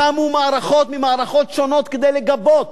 קמו מערכות ממערכות שונות כדי לגבות,